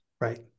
right